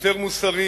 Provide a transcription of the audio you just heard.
יותר מוסרי,